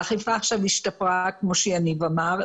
האכיפה עכשיו השתפרה כמו שיניב אמר,